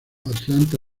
atlanta